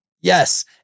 Yes